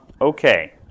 Okay